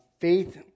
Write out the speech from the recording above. Faith